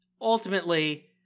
ultimately